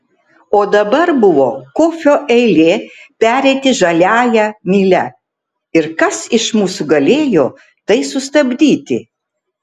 o dabar buvo kofio eilė pereiti žaliąja mylia ir kas iš mūsų galėjo tai sustabdyti